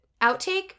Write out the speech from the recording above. outtake